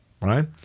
right